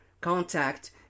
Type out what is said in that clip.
contact